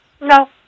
no